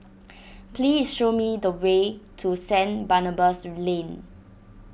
please show me the way to Saint Barnabas Lane